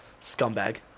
Scumbag